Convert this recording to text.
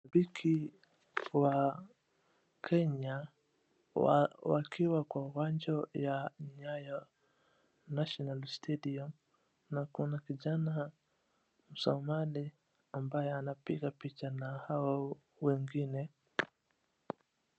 Mpigi wa Kenya wa wakiwa kwa uwanja ya Nyayo National Stadium, na kuna kijana msomane ambaye anapiga picha na hawa wengine.